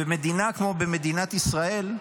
במדינה כמו מדינת ישראל,